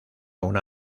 una